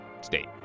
state